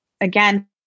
again